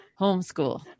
homeschool